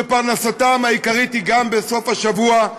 שפרנסתן העיקרית היא גם בסוף השבוע,